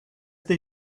they